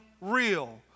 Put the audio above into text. real